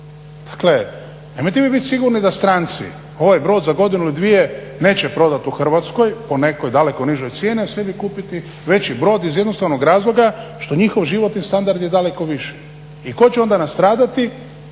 Dakle nemojte vi bit sigurni da stranci ovaj brod za godinu ili dvije neće prodat u Hrvatskoj po nekoj daleko nižoj cijeni, a sebi kupiti veći brod iz jednostavnog razloga što njihov životni standard je daleko viši. I tko će onda nastradati,